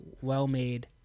well-made